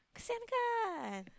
kesian kan